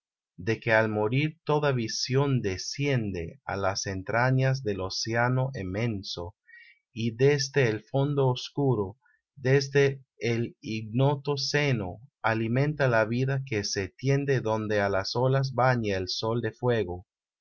de que al morir toda visión desciende á las entrañas del océano inmenso y desde el fondo oscuro desde el ignoto seno alimenta la vida que se tiende donde á las olas baña el sol de fuego